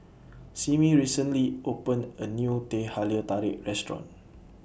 Simmie recently opened A New Teh Halia Tarik Restaurant